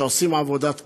שעושים עבודת קודש,